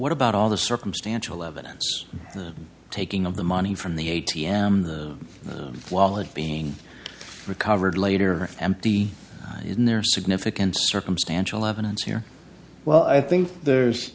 what about all the circumstantial evidence taking of the money from the a t m the flawed being recovered later empty in their significant circumstantial evidence here well i think there's